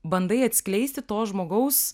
bandai atskleisti to žmogaus